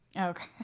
okay